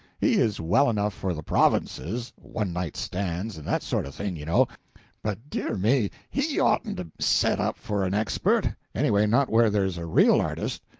he is well enough for the provinces one-night stands and that sort of thing, you know but dear me, he oughtn't to set up for an expert anyway not where there's a real artist.